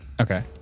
Okay